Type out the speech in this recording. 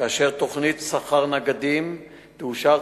כאשר תוכנית שכר נגדים תאושר,